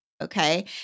Okay